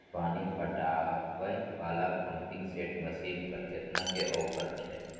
पानी पटावय वाला पंपिंग सेट मसीन पर केतना के ऑफर छैय?